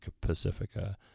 Pacifica